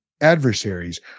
adversaries